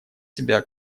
себя